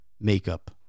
makeup